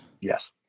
yes